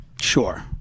Sure